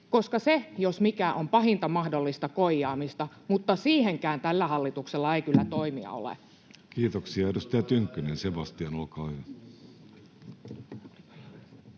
koska se jos mikä on pahinta mahdollista koijaamista. Mutta siihenkään tällä hallituksella ei kyllä toimia ole. [Perussuomalaisten ryhmästä: Ei